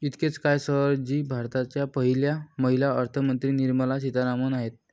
इतकेच काय, सर जी भारताच्या पहिल्या महिला अर्थमंत्री निर्मला सीतारामन आहेत